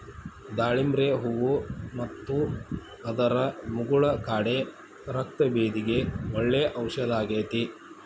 ದಾಳಿಂಬ್ರಿ ಹೂ ಮತ್ತು ಅದರ ಮುಗುಳ ಕಾಡೆ ರಕ್ತಭೇದಿಗೆ ಒಳ್ಳೆ ಔಷದಾಗೇತಿ